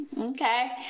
okay